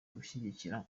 gushyigikira